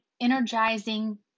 energizing